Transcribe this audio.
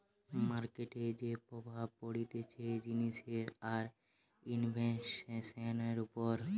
মার্কেটের যে প্রভাব পড়তিছে জিনিসের আর ইনভেস্টান্টের উপর